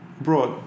abroad